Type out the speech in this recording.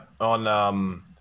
on